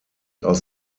aus